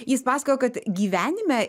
jis pasakojo kad gyvenime